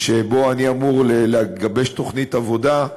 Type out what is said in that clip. שבו אני אמור לגבש תוכנית עבודה.